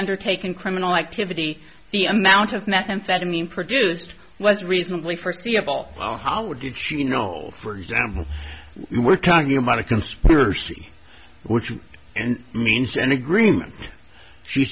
undertaken criminal activity the amount of methamphetamine produced was reasonably forseeable well how did she know for example we're talking about a conspiracy which means an agreement she